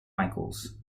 michaels